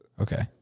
Okay